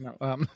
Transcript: no